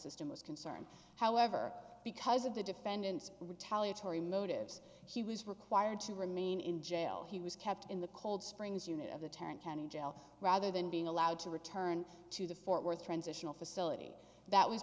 system was concerned however because of the defendant's retaliatory motives he was required to remain in jail he was kept in the cold springs unit of the tenth county jail rather than being allowed to return to the fort worth transitional facility that was